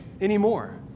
anymore